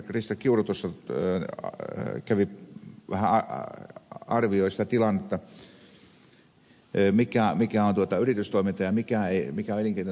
krista kiuru tuossa vähän arvioi mikä on yritystoimintaa ja mikä elinkeinotoimintaa siellä